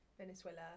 venezuela